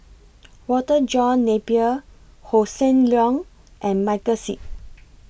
Walter John Napier Hossan Leong and Michael Seet